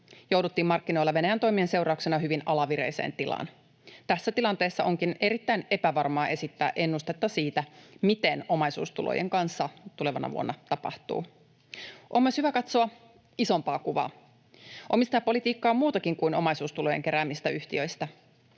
jouduttiin markkinoilla Venäjän toimien seurauksena hyvin alavireiseen tilaan. Tässä tilanteessa onkin erittäin epävarmaa esittää ennustetta siitä, mitä omaisuustulojen kanssa tulevana vuonna tapahtuu. On hyvä katsoa myös isompaa kuvaa. Omistajapolitiikka on muutakin kuin omaisuustulojen keräämistä yhtiöistä.